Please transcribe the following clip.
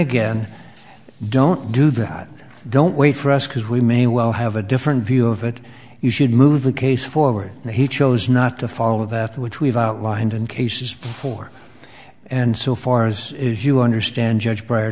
again don't do that don't wait for us because we may well have a different view of it you should move the case forward and he chose not to fall of that which we've outlined in cases before and so far as it is you understand judge